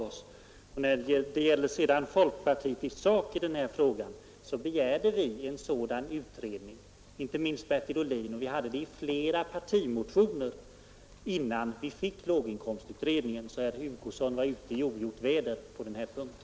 När det gäller folkpartiets handlande i den här frågan begärde vi en sådan utredning, inte minst Bertil Ohlin, och vi framförde det kravet i flera partimotioner innan låginkomstutredningen tillsattes. Så herr Hugosson var ute i ogjort väder på den här punkten.